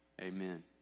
Amen